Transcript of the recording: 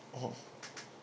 mmhmm